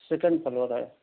second floor ہے